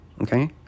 okay